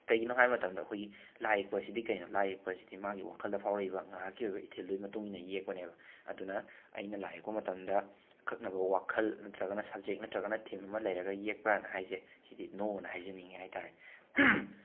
ꯀꯩꯒꯤꯅꯣ ꯍꯥꯏꯕ ꯃꯇꯝꯗ ꯑꯩꯈꯣꯏꯒꯤ ꯂꯥꯏ ꯌꯦꯛꯄ ꯑꯁꯤꯗꯤ ꯀꯩꯅꯣ ꯂꯥꯏ ꯌꯦꯛꯄ ꯑꯁꯤꯗꯤ ꯃꯥꯒꯤ ꯋꯥꯈꯜꯗ ꯐꯥꯎꯔꯛꯏꯕ ꯉꯥꯏꯍꯥꯛꯀꯤ ꯑꯣꯏꯕ ꯏꯊꯤꯜꯗꯨꯒꯤ ꯃꯇꯨꯡ ꯏꯟꯅ ꯌꯦꯛꯄꯅꯦꯕ ꯑꯗꯨꯅ ꯑꯩꯅ ꯂꯥꯏ ꯌꯦꯛꯄ ꯃꯇꯝꯗ ꯑꯀꯛꯅꯕ ꯋꯥꯈꯜ ꯅꯠꯇ꯭ꯔꯒꯅ ꯁꯞꯖꯦꯛ ꯅꯠꯇ꯭ꯔꯒꯅ ꯊꯤꯝ ꯑꯃ ꯂꯩꯔꯒ ꯌꯦꯛꯄ꯭ꯔꯥꯅ ꯍꯥꯏꯁꯦ ꯁꯤꯗꯤ ꯅꯣ ꯑꯅ ꯍꯥꯏꯖꯅꯤꯡꯉꯦꯅ ꯍꯥꯏꯇꯥꯔꯦ